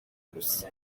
gusa